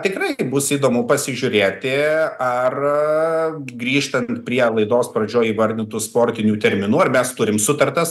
tikrai bus įdomu pasižiūrėti ar grįžtant prie laidos pradžioj įvardintų sportinių terminų ar mes turim sutartas